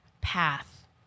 path